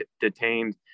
detained